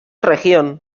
región